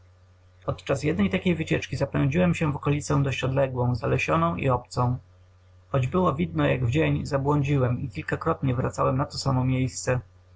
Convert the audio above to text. podczas jednej takiej wycieczki zapędziłem się w okolicę dość odległą zalesioną i obcą chociaż było widno jak w dzień zabłądziłem i kilkakrotnie wracałem na to samo miejsce